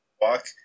walk